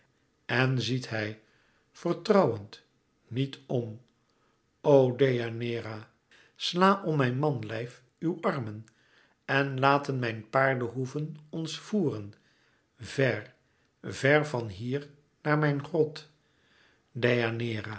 en ziet hij vertrouwend niet om o deianeira sla om mijn manlijf uw armen en laten mijn paardhoeven ons voeren ver ver van hier naar mijn grot